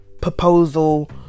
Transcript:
proposal